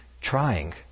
trying